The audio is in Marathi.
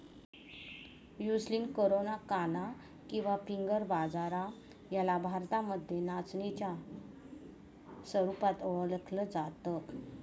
एलुसीन कोराकाना किंवा फिंगर बाजरा याला भारतामध्ये नाचणीच्या स्वरूपात ओळखल जात